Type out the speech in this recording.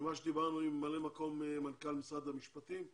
ממה שדיברנו עם ממלא מקום מנכ"ל משרד המשפטים,